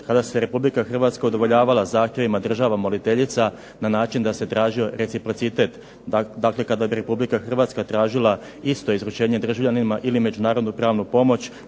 kada se Republika Hrvatska udovoljavala zahtjevima država moliteljica na način da se tražio reciprocitet. Dakle, kada bi Republika Hrvatska tražila isto izručenje državljanina ili međunarodnu pravnu pomoć